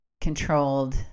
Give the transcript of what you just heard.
controlled